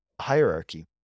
hierarchy